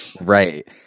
right